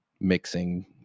mixing